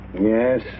Yes